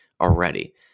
already